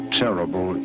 terrible